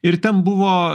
ir ten buvo